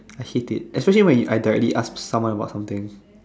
I hate it especially when you I directly ask someone about something